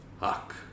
Huck